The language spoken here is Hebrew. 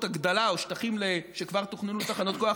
הגדלה או שטחים שכבר תוכננו לתחנות כוח,